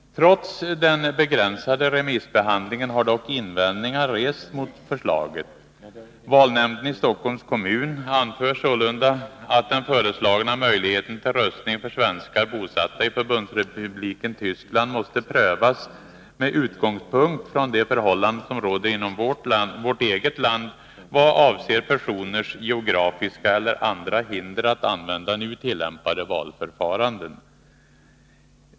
Trots den begränsade remissbehandlingen har dock invändningar rests mot förslaget. Valnämnden i Stockholms kommun anför sålunda att den föreslagna möjligheten till röstning för svenskar bosatta i Förbundsrepubli ken Tyskland måste prövas med utgångspunkt i de förhållanden som råder inom vårt eget land i vad avser personers geografiska eller andra hinder att använda nu tillämpade valförfaranden.